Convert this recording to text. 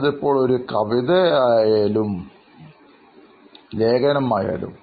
അതിപ്പോൾ ഒരു കവിതയായാലും ലേഖനം ആയാലും